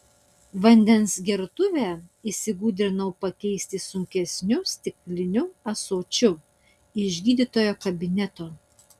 vandens gertuvę įsigudrinau pakeisti sunkesniu stikliniu ąsočiu iš gydytojo kabineto